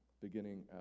beginning